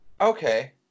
okay